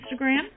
Instagram